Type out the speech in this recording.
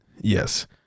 Yes